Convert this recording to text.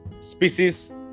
species